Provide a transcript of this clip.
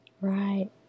right